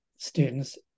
students